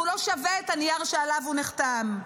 והוא לא שווה את הנייר שעליו הוא נחתם.